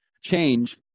change